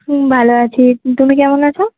হুঁ ভালো আছি তুমি কেমন আছো